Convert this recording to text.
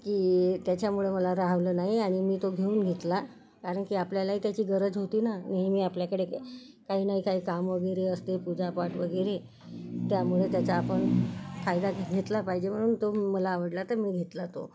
की त्याच्यामुळं मला रहावलं नाही आणि मी तो घेऊन घेतला कारण की आपल्यालाही त्याची गरज होती ना नेहमी आपल्याकडे काही नाही काही काम वगैरे असते पूजा पाठ वगैरे त्यामुळे त्याचा आपण फायदा घे घेतला पाहिजे म्हणून तो मला आवडला तर मी घेतला तो